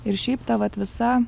ir šiaip ta vat visa